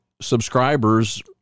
subscribers